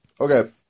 Okay